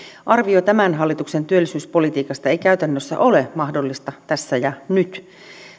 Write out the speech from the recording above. arvio tämän hallituksen työllisyyspolitiikasta ei käytännössä ole mahdollista tässä ja nyt